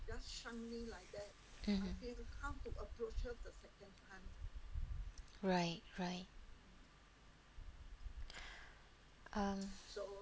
mmhmm right right um